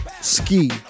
Ski